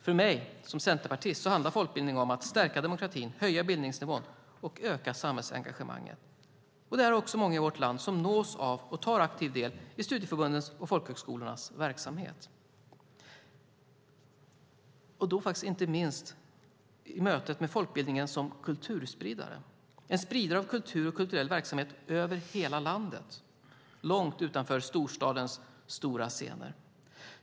För mig som centerpartist handlar folkbildning om att stärka demokratin, höja bildningsnivån och öka samhällsengagemanget. Det är också många i vårt land som nås av och tar aktiv del i studieförbundens och folkhögskolornas verksamhet, inte minst i mötet med folkbildningen som kulturspridare, en spridare av kultur och kulturell verksamhet över hela landet, långt utanför storstadens stora scener.